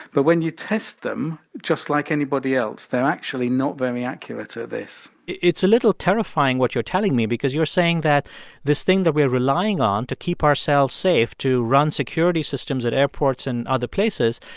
but when you test them, just like anybody else, they're actually not very accurate at this it's a little terrifying what you're telling me because you're saying that this thing that we're relying on to keep ourselves safe to run security systems at airports and other places,